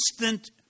instant